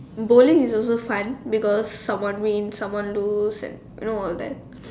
bowling is also fun because someone win someone lose you know all of that